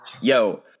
yo